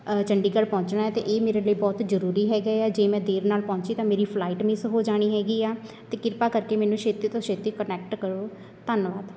ਚੰਡੀਗੜ੍ਹ ਪਹੁੰਚਣਾ ਅਤੇ ਇਹ ਮੇਰੇ ਲਈ ਬਹੁਤ ਜ਼ਰੂਰੀ ਹੈਗਾ ਏ ਆ ਜੇ ਮੈਂ ਦੇਰ ਨਾਲ ਪਹੁੰਚੀ ਤਾਂ ਮੇਰੀ ਫਲਾਈਟ ਮਿਸ ਹੋ ਜਾਣੀ ਹੈਗੀ ਆ ਅਤੇ ਕਿਰਪਾ ਕਰਕੇ ਮੈਨੂੰ ਛੇਤੀ ਤੋਂ ਛੇਤੀ ਕਨੈਕਟ ਕਰੋ ਧੰਨਵਾਦ